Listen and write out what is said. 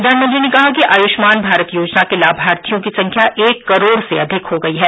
प्रधानमंत्री ने कहा कि आयुष्मान भारत योजना के लाभार्थियों की संख्या एक करोड़ से अधिक हो गई हैं